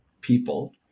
people